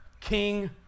king